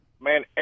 Man